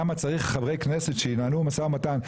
למה צריך חברי כנסת שינהלו משא ומתן?